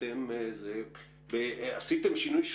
עשיתם שינוי,